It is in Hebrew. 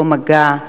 אותו מגע,